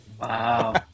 Wow